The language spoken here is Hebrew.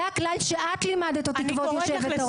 זה הכלל שאת לימדת אותי, כבוד יושבת הראש.